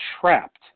trapped